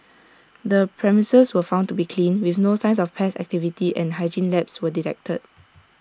the premises was found to be clean with no signs of pest activity and hygiene lapse were detected